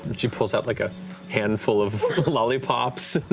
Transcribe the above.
but she pulls out like a handful of lollipops.